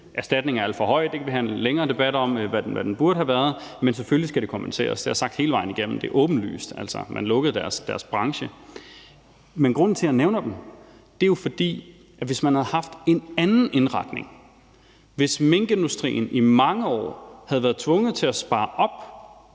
Erstatningen er alt for høj, og vi kan have en længere debat om, hvad den burde have været, men selvfølgelig skal det kompenseres. Det har jeg sagt hele vejen igennem; det er åbenlyst. Altså, man lukkede deres branche. Men grunden til, at jeg nævner dem, er jo, at hvis man havde haft en anden indretning, at hvis minkindustrien i mange år havde været tvunget til at spare op